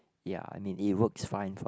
ya I mean it works fine for